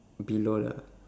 below lah